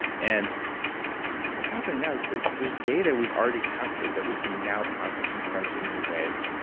and what's happening now is there's data we've already captured that we can now process and crunch in new ways,